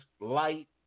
Light